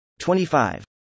25